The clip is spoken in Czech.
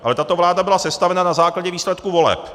Ale tato vláda byla sestavena na základě výsledků voleb.